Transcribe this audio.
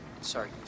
sorry